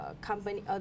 company